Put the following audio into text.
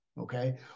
Okay